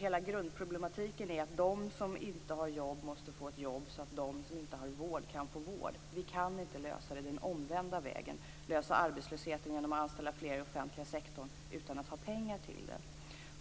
Hela grundproblematiken är att de som inte har jobb måste få ett jobb så att de som inte har vård kan få vård. Vi kan inte lösa det den omvända vägen, dvs. lösa arbetslösheten genom att anställa fler i den offentliga sektorn utan att ha pengar till det.